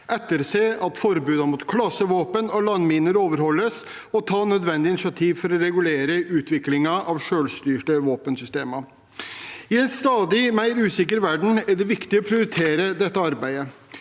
etterse at forbudet mot klasevåpen og landminer overholdes, og ta nødvendige initiativ for å regulere utviklingen av selvstyrte våpensystemer. I en stadig mer usikker verden er det viktig å prioritere dette arbeidet,